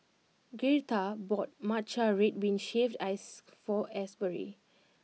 Gertha bought Matcha Red Bean Shaved Ice for Asbury